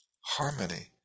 harmony